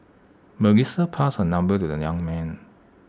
Melissa passed her number to the young man